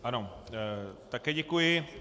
Ano, také děkuji.